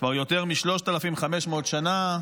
כבר יותר מ-3,500 שנה,